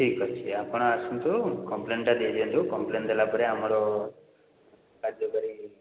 ଠିକ୍ ଅଛି ଆପଣ ଆସନ୍ତୁ କମ୍ପ୍ଲେନ୍ଟା ଦେଇ ଦିଅନ୍ତୁ କମ୍ପ୍ଲେନ୍ ଦେଲାପରେ ଆମର କାର୍ଯ୍ୟକାରୀ